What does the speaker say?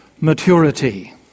maturity